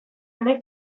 batek